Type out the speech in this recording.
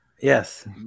Yes